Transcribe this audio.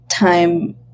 Time